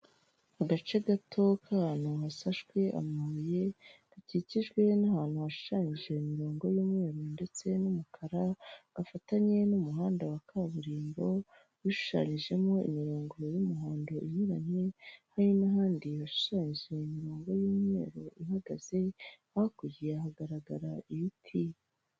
Agace gato k'ahantu hasashwe amabuye gakikijwe n'ahantu hashushanyije imirongo y'umweru ndetse n'umukara gafatanye n'umuhanda wa kaburimbo hashushanyijemo imirongoro y'umuhondo inyuranye hari n'ahandi hashushanyije imirongo y'umweru ihagaze hakurya hagaragara ibiti.